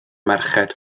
merched